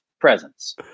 presence